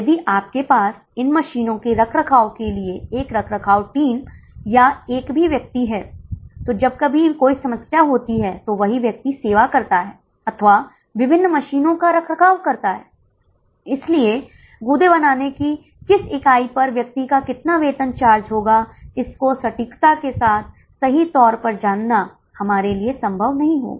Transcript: चाहे हमें 1 bus 2 bus 3 bus 4 bus मिले इससे कोई फर्क नहीं पड़ता क्योंकि हम उनसे बस का किराया कवर नहीं करना चाहते हैं केवल अंतर यह होगा कि जो भी हमारी खाली सीटें हैं जो भी हमारी खाली सीटें हैं हम उतने छात्रों को ले सकते हैं वह संख्या भिन्न हो सकती हैं लेकिन शुल्क नहीं बदलेगा